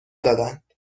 دادند